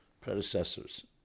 predecessors